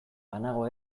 banago